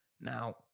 Now